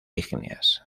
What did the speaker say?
ígneas